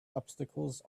obstacles